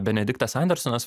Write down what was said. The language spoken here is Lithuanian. benediktas andersonas